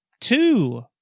two